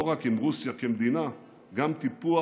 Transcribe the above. לא רק עם רוסיה כמדינה, גם טיפוח